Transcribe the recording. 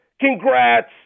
Congrats